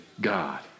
God